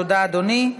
תודה, אדוני.